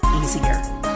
easier